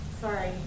Sorry